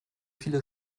viele